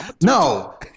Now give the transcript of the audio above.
no